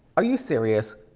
are you serious?